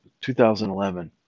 2011